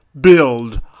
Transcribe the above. build